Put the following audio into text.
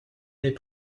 n’est